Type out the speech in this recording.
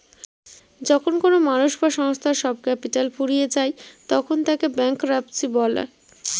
যখন কোনো মানুষ বা সংস্থার সব ক্যাপিটাল ফুরিয়ে যায় তখন তাকে ব্যাংকরাপসি বলে